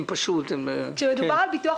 אנחנו רוצים שזה יונגש לכלל האוכלוסייה.